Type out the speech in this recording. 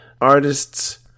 artists